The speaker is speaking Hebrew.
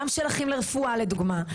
גם של "אחים לרפואה" לדוגמה,